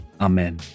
Amen